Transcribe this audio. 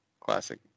classic